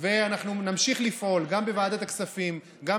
אנחנו נמשיך לפעול גם בוועדת הכספים וגם